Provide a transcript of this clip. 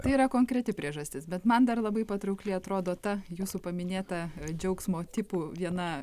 tai yra konkreti priežastis bet man dar labai patraukliai atrodo ta jūsų paminėta džiaugsmo tipų viena